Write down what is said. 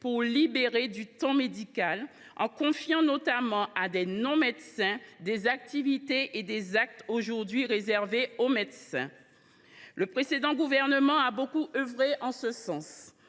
pour libérer du temps médical, en confiant notamment à des non médecins des activités et des actes aujourd’hui réservés aux médecins. Le précédent gouvernement a beaucoup œuvré en ce sens.